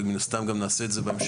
ומן הסתם גם נעשה את זה בהמשך,